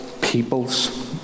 peoples